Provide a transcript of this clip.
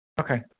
Okay